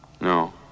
No